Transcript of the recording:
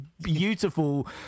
beautiful